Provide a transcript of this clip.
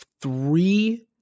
three